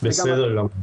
בסדר גמור.